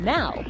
Now